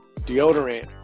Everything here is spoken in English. Deodorant